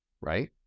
Right